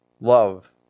Love